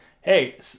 hey